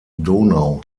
donau